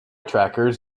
trackers